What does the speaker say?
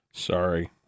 Sorry